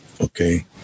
Okay